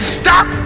stop